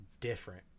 different